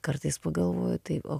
kartais pagalvoju tai o